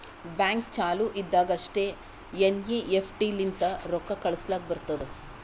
bank ಚಾಲು ಇದ್ದಾಗ್ ಅಷ್ಟೇ ಎನ್.ಈ.ಎಫ್.ಟಿ ಲಿಂತ ರೊಕ್ಕಾ ಕಳುಸ್ಲಾಕ್ ಬರ್ತುದ್